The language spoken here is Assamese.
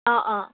অঁ অঁ